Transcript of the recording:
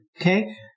Okay